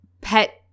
pet